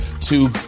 to-